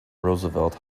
roosevelt